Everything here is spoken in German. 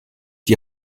die